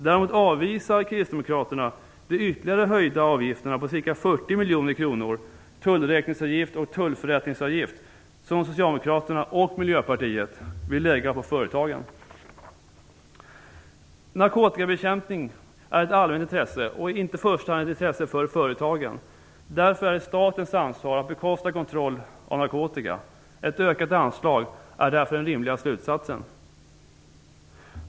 Däremot avvisar kristdemokraterna de ytterligare höjda avgifterna på ca 40 miljoner kronor, tullräkningsavgift och tullförrättningsavgift, som Socialdemokraterna och Miljöpartiet vill lägga på företagen. Narkotikabekämpning är ett allmänt intresse, inte i första hand ett intresse för företagen. Därför är det statens ansvar att bekosta kontroll av narkotika. Ett ökat anslag är därför den rimliga slutsatsen.